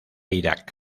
iraq